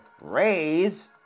raise